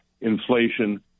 inflation